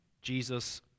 Jesus